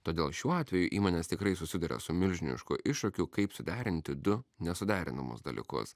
todėl šiuo atveju įmonės tikrai susiduria su milžinišku iššūkiu kaip suderinti du nesuderinamus dalykus